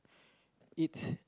eat